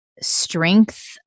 strength